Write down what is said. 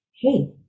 Hey